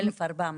1,400 פחות.